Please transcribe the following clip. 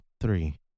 three